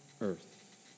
earth